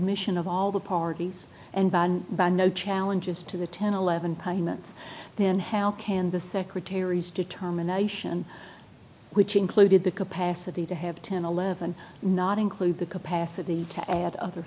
admission of all the parties and by and by no challenges to the ten eleven parliaments then how can the secretary's determination which included the capacity to have ten eleven not include the capacity to add other